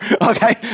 Okay